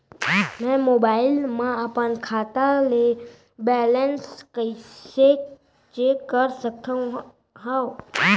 मैं मोबाइल मा अपन खाता के बैलेन्स कइसे चेक कर सकत हव?